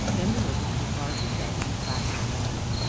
bending over to regard herself in the placid water.